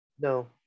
No